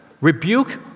rebuke